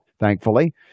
thankfully